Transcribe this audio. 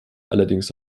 allerdings